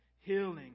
healing